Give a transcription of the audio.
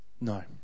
No